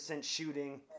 shooting